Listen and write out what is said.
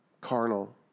carnal